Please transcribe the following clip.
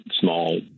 small